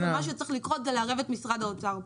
מה שצריך לקרות זה לערב את משרד האוצר פה.